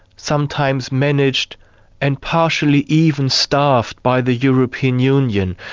sometimes managed and partially even staffed by the european union.